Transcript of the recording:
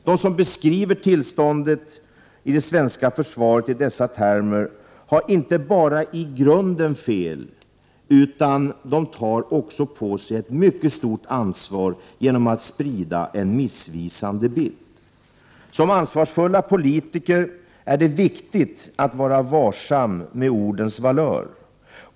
De som beskriver tillståndet i det svenska försvaret i dessa termer har inte bara i grunden fel, utan de tar också på sig ett mycket stort ansvar genom att sprida en missvisande bild. Som ansvarsfull politiker är det viktigt att vara varsam med ordens valör.